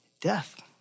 Death